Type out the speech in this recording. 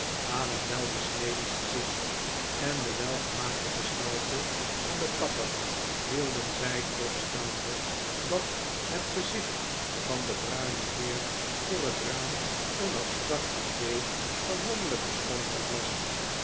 aan het welbesneden gezicht en de welgemaakte gestalte van den kapper hielden zij toch staande dat het gezicht van den bruinen heer voor het raam een abstract idee van mannelijke schoonheid was